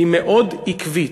היא מאוד עקבית,